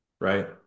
right